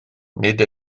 nid